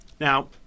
Now